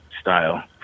style